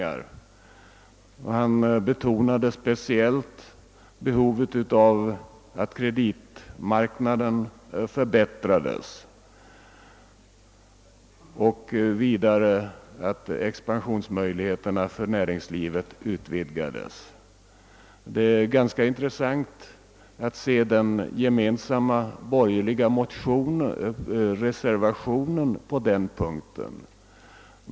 Särskilt betonade han behovet av att kreditmarknaden förbättrades och att näringslivets expansionsmöjligheter ökades. Det är ganska intressant att studera den gemensamma borgerliga reservationen på denna punkt.